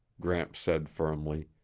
gramps said firmly.